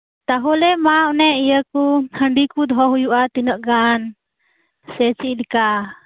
ᱛᱟᱦᱚᱞᱮ ᱢᱟ ᱚᱱᱮ ᱤᱭᱟᱹᱠᱩ ᱦᱟᱺᱰᱤᱠᱩ ᱫᱚᱦᱚ ᱦᱩᱭᱩᱜᱼᱟ ᱛᱤᱱᱟᱹᱜ ᱜᱟᱱ ᱥᱮ ᱪᱮᱫᱞᱮᱠᱟ